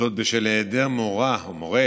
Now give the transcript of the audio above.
זאת בשל היעדר מורה או מורה